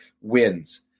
wins